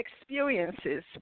experiences